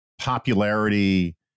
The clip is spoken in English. popularity